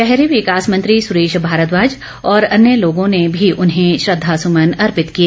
शहरी विकास मंत्री सुरेश भारद्वाज और अन्य लोगों ने भी उन्हें श्रद्वा सुमन अर्पित किए